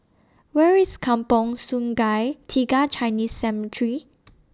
Where IS Kampong Sungai Tiga Chinese Cemetery